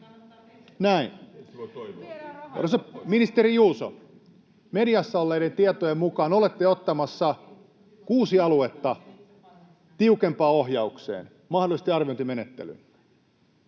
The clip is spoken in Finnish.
Arvoisa ministeri Juuso, mediassa olleiden tietojen mukaan olette ottamassa kuusi aluetta tiukempaan ohjaukseen, mahdollisesti arviointimenettelyyn.